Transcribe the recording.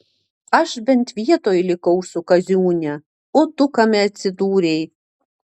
aš bent vietoj likau su kaziūne o tu kame atsidūrei